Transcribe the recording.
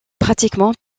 pratiquement